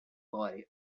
body